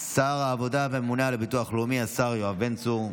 שר העבודה והממונה על הביטוח הלאומי השר יואב בן צור.